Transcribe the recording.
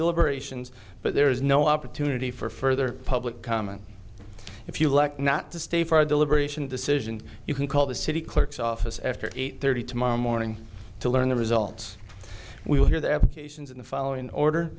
deliberations but there is no opportunity for further public comment if you like not to stay for a deliberation decision you can call the city clerk's office after eight thirty tomorrow morning to learn the results we will hear the applications in the following order